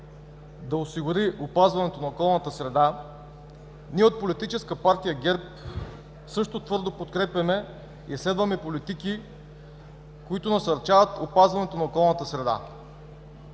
да осигури опазването на околната среда, ние от Политическа партия ГЕРБ също твърдо подкрепяме и следваме политики, които насърчават опазването на околната среда.